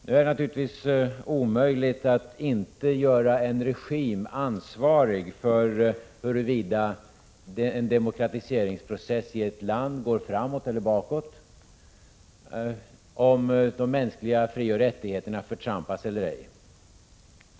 Det är naturligtvis omöjligt att inte göra en regim ansvarig för huruvida demokratiseringsprocessen går framåt eller bakåt, om de mänskliga frioch rättigheterna förtrampas eller ej.